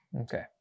Okay